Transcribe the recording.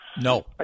No